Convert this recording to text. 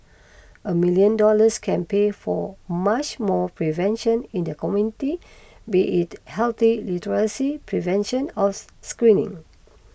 a million dollars can pay for much more prevention in the community be it healthy literacy prevention or screening